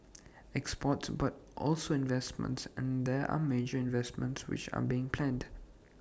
exports but also investments and there are major investments which are being planned